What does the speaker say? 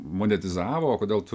monetizavo o kodėl tu